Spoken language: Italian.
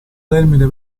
termine